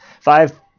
five